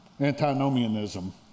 antinomianism